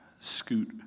scoot